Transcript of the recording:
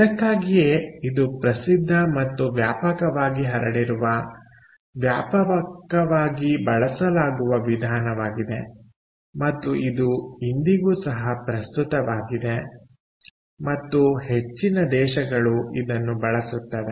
ಇದಕ್ಕಾಗಿಯೇ ಇದು ಪ್ರಸಿದ್ಧ ಮತ್ತು ವ್ಯಾಪಕವಾಗಿ ಹರಡಿರುವ ವ್ಯಾಪಕವಾಗಿ ಬಳಸಲಾಗುವ ವಿಧಾನವಾಗಿದೆ ಮತ್ತು ಇದು ಇಂದಿಗೂ ಸಹ ಪ್ರಸ್ತುತವಾಗಿದೆ ಮತ್ತು ಹೆಚ್ಚಿನ ದೇಶಗಳು ಇದನ್ನು ಬಳಸುತ್ತವೆ